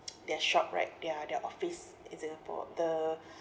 their shop right their their office in singapore the